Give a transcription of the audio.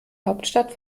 hauptstadt